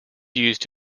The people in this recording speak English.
used